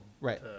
Right